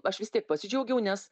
aš vis tiek pasidžiaugiau nes